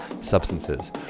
substances